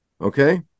Okay